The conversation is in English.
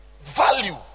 Value